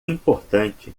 importante